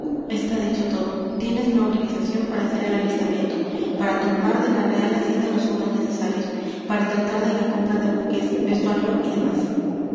está dicho todo tienes mi autorización para hacer el alistamiento para tomar de la real hacienda los fondos necesarios para tratar de la compra de buques vestuario y demás